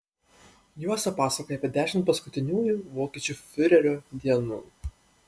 juosta pasakoja apie dešimt paskutiniųjų vokiečių fiurerio dienų